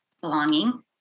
belonging